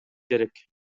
керек